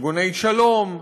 ארגוני שלום,